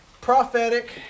prophetic